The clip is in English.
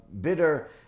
bitter